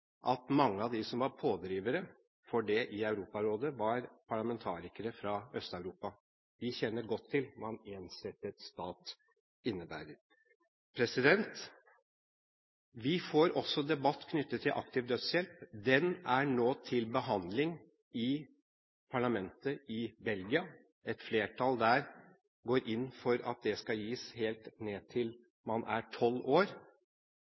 at mange av dem som var pådrivere for det i Europarådet, var parlamentarikere fra Øst-Europa. De kjenner godt til hva en ensrettet stat innebærer. Vi får også debatt knyttet til aktiv dødshjelp – det er nå til behandling i parlamentet i Belgia. Et flertall der går inn for at det skal kunne gis helt ned til man er 12 år.